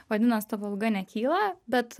vadinas tavo alga nekyla bet